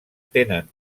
tenen